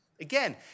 Again